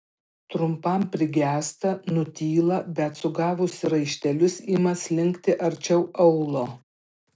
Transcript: trumpam prigęsta nutyla bet sugavusi raištelius ima slinkti arčiau aulo